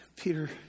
Peter